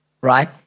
right